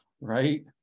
right